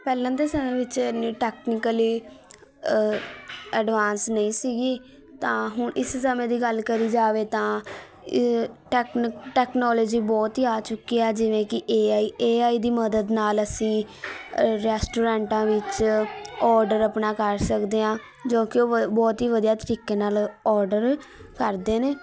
ਪਹਿਲਾਂ ਦੇ ਸਮੇਂ ਵਿੱਚ ਇੰਨੀ ਟੈਕਨੀਕਲੀ ਅਡਵਾਂਸ ਨਹੀਂ ਸੀਗੀ ਤਾਂ ਹੁਣ ਇਸ ਸਮੇਂ ਦੀ ਗੱਲ ਕਰੀ ਜਾਵੇ ਤਾਂ ਟੈਕਨ ਟੈਕਨੋਲੇਜੀ ਬਹੁਤ ਹੀ ਆ ਚੁੱਕੀ ਹੈ ਜਿਵੇਂ ਕਿ ਏ ਆਈ ਏ ਆਈ ਦੀ ਮਦਦ ਨਾਲ ਅਸੀਂ ਰੈਸਟੋਰੈਂਟਾਂ ਵਿੱਚ ਓਡਰ ਆਪਣਾ ਕਰ ਸਕਦੇ ਹਾਂ ਜੋ ਕਿ ਉਹ ਬ ਬਹੁਤ ਹੀ ਵਧੀਆ ਤਰੀਕੇ ਨਾਲ ਓਡਰ ਕਰਦੇ ਨੇ